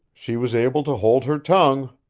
she was able to hold her tongue.